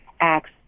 acts